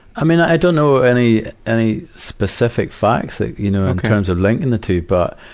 i mean, i don't know any, any specific facts, you know, in terms of linking the two. but,